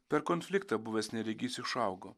per konfliktą buvęs neregys išaugo